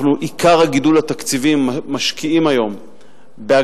את עיקר הגידול התקציבי אנחנו משקיעים היום בהגדלת